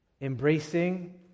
Embracing